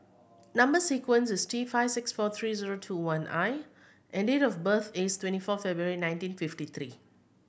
number sequence is T five six four three zero two one I and date of birth is twenty four February nineteen fifty three